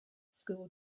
school